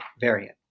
variant